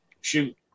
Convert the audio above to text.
shoot